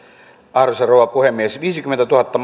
arvoisa rouva puhemies viisikymmentätuhatta